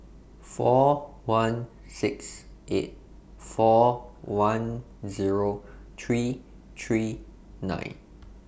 four one six eight four one Zero three three nine